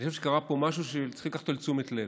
אני חושב שקרה פה משהו שצריך לקחת אותו לתשומת לב: